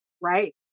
right